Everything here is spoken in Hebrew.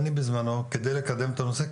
אני בזמנו על מנת לקדם את הנושא,